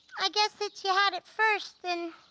i guess since you had it first then,